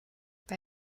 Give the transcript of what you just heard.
bei